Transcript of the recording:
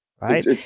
right